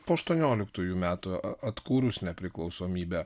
po aštuonioliktųjų metų atkūrus nepriklausomybę